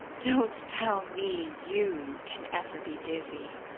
don't tell me you can ever be dizzy!